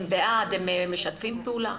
הם בעד, הם משתפים פעולה?